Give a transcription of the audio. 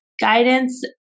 guidance